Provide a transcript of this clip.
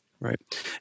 Right